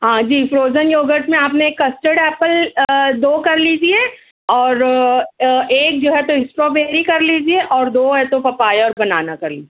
ہاں جی frozen yogurt میں آپ نے کسٹرڈ ایپل دو کر لیجیے اور ایک جو ہے تو اسٹرو بیری کر لیجیے اور دو ہے تو پپایا اور بنانا کر لیجیے